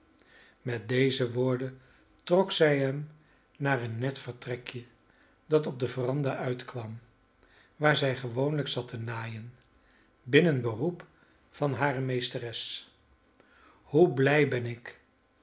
met deze woorden trok zij hem naar een net vertrekje dat op de veranda uitkwam waar zij gewoonlijk zat te naaien binnen beroep van hare meesteres hoe blijde ben ik